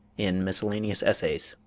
in miscellaneous essays.